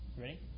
Ready